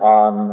on